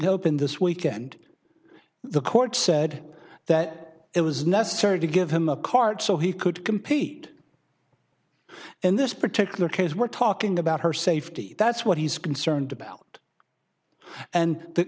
open this weekend the court said that it was necessary to give him a cart so he could compete in this particular case we're talking about her safety that's what he's concerned about and the